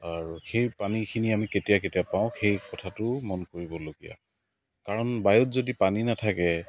আৰু সেই পানীখিনি আমি কেতিয়া কেতিয়া পাওঁ সেই কথাটো মন কৰিবলগীয়া কাৰণ বায়ুত যদি পানী নাথাকে